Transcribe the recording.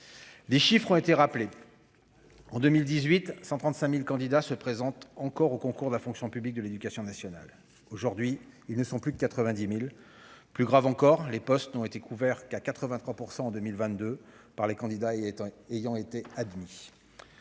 Les chiffres ont été rappelés : en 2018, 135 000 candidats se présentaient encore aux concours de la fonction publique de l'éducation nationale. Aujourd'hui, ils ne sont plus que 90 000. Plus grave encore, les postes n'ont été couverts qu'à 83 % en 2022 par les candidats ayant été admis.